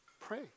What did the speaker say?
Pray